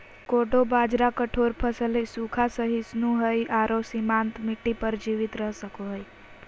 कोडो बाजरा कठोर फसल हइ, सूखा, सहिष्णु हइ आरो सीमांत मिट्टी पर जीवित रह सको हइ